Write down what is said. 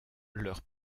leur